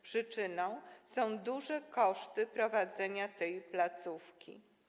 Przyczyną są duże koszty prowadzenia tej placówki.